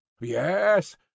yes